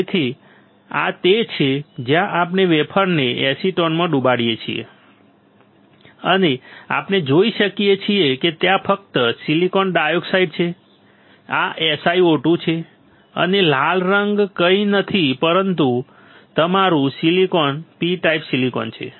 તેથી આ તે છે જ્યાં આપણે વેફરને એસિટોનમાં ડુબાડીએ છીએ અને આપણે જોઈ શકીએ છીએ કે ત્યાં ફક્ત સિલિકોન ડાયોક્સાઇડ છે આ SiO2 છે અને લાલ રંગ કંઈ નથી પરંતુ તમારું સિલિકોન P ટાઇપ સિલિકોન છે